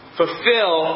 fulfill